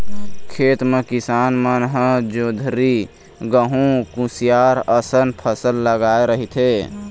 खेत म किसान मन ह जोंधरी, गहूँ, कुसियार असन फसल लगाए रहिथे